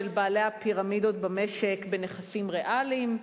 בעלי הפירמידות במשק בנכסים ריאליים,